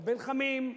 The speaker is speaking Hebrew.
הרבה לחמים,